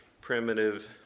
primitive